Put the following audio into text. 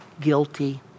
guilty